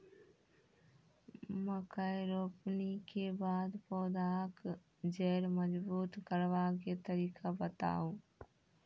मकय रोपनी के बाद पौधाक जैर मजबूत करबा के तरीका बताऊ?